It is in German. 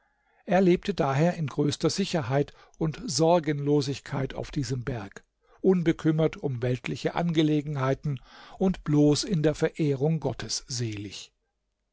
er lebte daher in größter sicherheit und sorgenlosigkeit auf diesem berg unbekümmert um weltliche angelegenheiten und bloß in der verehrung gottes selig